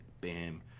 bam